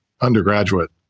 undergraduate